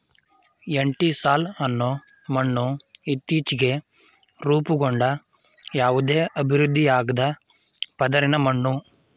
entisol ಅನ್ನೋ ಮಣ್ಣು ಇತ್ತೀಚ್ಗೆ ರೂಪುಗೊಂಡ ಯಾವುದೇ ಅಭಿವೃದ್ಧಿಯಾಗ್ದ ಪದರಿನ ಮಣ್ಣು